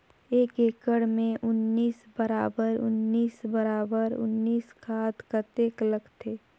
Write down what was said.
एक एकड़ मे उन्नीस बराबर उन्नीस बराबर उन्नीस खाद कतेक लगथे?